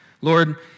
Lord